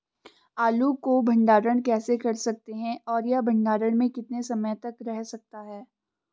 आलू को भंडारण कैसे कर सकते हैं और यह भंडारण में कितने समय तक रह सकता है?